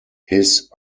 his